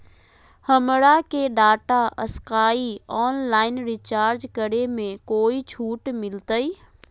हमरा के Tata Sky online recharge करे में कोई छूट मिलतई